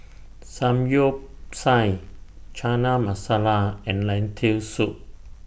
Samgyeopsal Chana Masala and Lentil Soup